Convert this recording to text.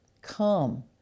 Come